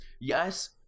yes